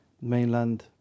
mainland